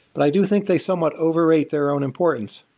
but i do think they somewhat overate their own importance.